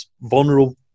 vulnerable